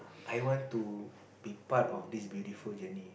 I want to be part of this beautiful journey